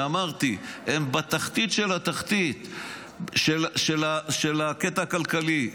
כשאמרתי שהם בתחתית של התחתית של הקטע הכלכלי,